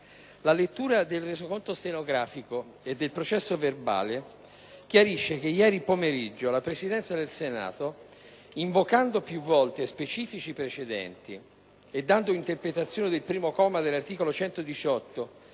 la lettura del Resoconto stenografico e sommario chiarisce che ieri pomeriggio la Presidenza del Senato, invocando più volte specifici precedenti e dando interpretazione del comma 1 dell'articolo 118